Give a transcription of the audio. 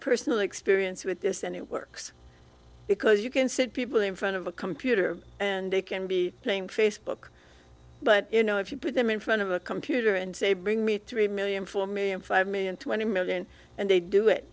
personal experience with this and it works because you can sit people in front of a computer and they can be playing facebook but you know if you put them in front of a computer and say bring me three million four million five million twenty million and they do it